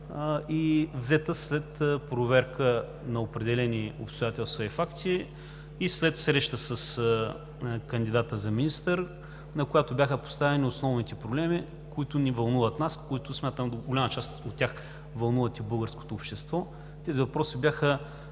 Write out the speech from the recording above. и взета след проверка на определени обстоятелства и факти, и след среща с кандидата за министър, на която бяха поставени основните проблеми, които ни вълнуват нас, които смятам до голяма част от тях вълнуват и българското общество. Тези въпроси бяха